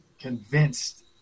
convinced